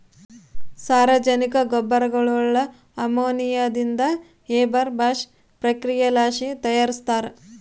ಸಾರಜನಕ ಗೊಬ್ಬರಗುಳ್ನ ಅಮೋನಿಯಾದಿಂದ ಹೇಬರ್ ಬಾಷ್ ಪ್ರಕ್ರಿಯೆಲಾಸಿ ತಯಾರಿಸ್ತಾರ